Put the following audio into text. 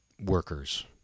workers